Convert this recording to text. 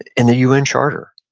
and the u n. charter.